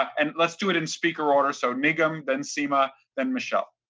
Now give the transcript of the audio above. and let's do it in speaker order, so nigam, then seema, then michelle.